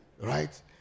Right